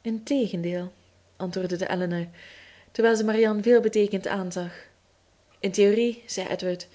integendeel antwoordde elinor terwijl ze marianne veelbeteekenend aanzag in theorie zei edward